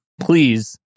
please